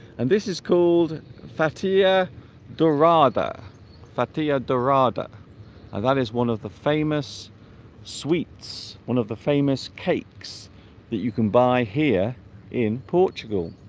and this is called fattier dorada fatiah darada and that is one of the famous sweets one of the famous cakes that you can buy here in portugal